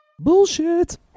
Bullshit